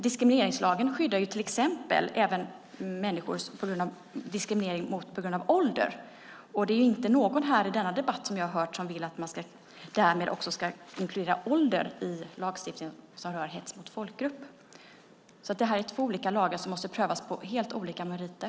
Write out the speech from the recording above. Diskrimineringslagen skyddar till exempel även människor mot diskriminering på grund av ålder. Jag har inte hört någon i denna debatt som därmed vill att man också ska inkludera ålder i lagstiftningen som rör hets mot folkgrupp. Detta är två olika lagar som måste prövas på helt olika meriter.